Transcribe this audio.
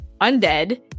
undead